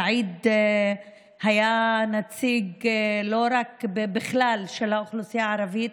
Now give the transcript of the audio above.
סעיד היה לא רק נציג של האוכלוסייה הערבית,